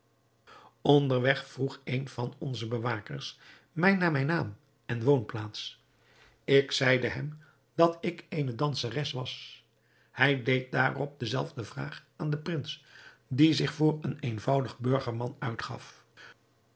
onderweg vroeg een van onze bewakers mij naar mijn naam en woonplaats ik zeide hem dat ik eene danseres was hij deed daarop de zelfde vraag aan den prins die zich voor een eenvoudig burgerman uitgaf